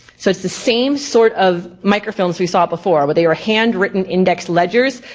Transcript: so it's the same sort of microfilms we've saw before. where they were handwritten index ledgers.